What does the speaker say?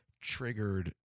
triggered